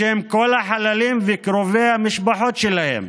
בשם כל החללים וקרובי המשפחה שלהם,